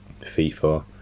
FIFA